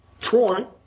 Troy